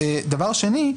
שנית,